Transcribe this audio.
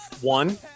One